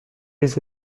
les